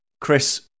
Chris